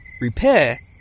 repair